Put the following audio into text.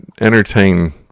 Entertain